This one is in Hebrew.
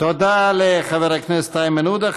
תודה לחבר הכנסת איימן עודה.